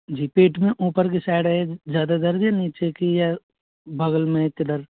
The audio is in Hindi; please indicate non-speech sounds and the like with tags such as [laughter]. जी पेट में ऊपर कि साइड में ज़्यादा दर्द है या नीचे कि या बगल में [unintelligible] किधर